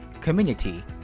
community